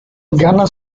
gana